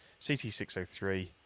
CT603